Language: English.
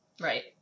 Right